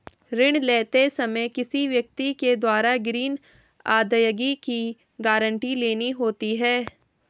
ऋण लेते समय किसी व्यक्ति के द्वारा ग्रीन अदायगी की गारंटी लेनी होती है